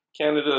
Canada